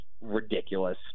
ridiculous